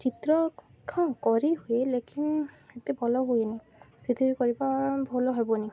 ଚିତ୍ର କରି ହୁଏ ଲେକିନ୍ ଏତେ ଭଲ ହୁଏନି ସେଥିରେ କରିବା ଭଲ ହବନି